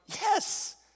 yes